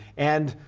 and,